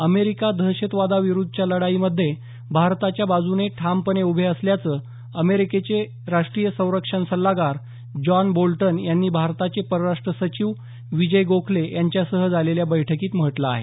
America दहशतवादाविरुद्धच्या लढाईमध्ये भारताच्या बाजूने ठामपणे उभे असल्याचं अमेरिकेचे रष्ट्रीय संरक्षण सल्लागार जॉन बोह्टन यांनी भारताचे परराष्ट सचिव विजय गोखले यांच्या सह झालेल्या बैठवीत म्हटलं आहे